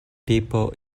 people